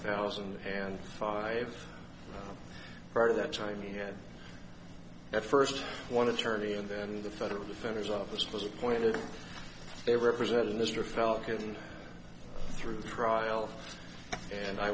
thousand and five part of that time he had at first one attorney and then the federal defender's office was appointed they represented mr falcon through trial and i